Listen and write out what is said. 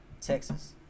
Texas